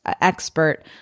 expert